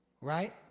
right